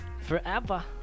Forever